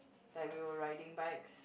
like we were riding bikes